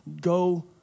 Go